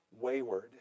wayward